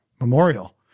memorial